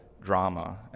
drama